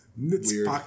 weird